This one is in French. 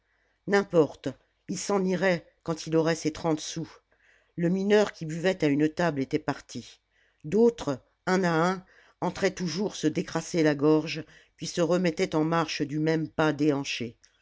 n'importe il s'en irait quand il aurait ses trente sous le mineur qui buvait à une table était parti d'autres un à un entraient toujours se décrasser la gorge puis se remettaient en marche du même pas